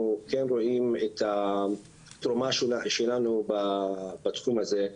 כן רואים את התרומה שלנו בתחום הזה,